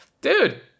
dude